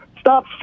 Stop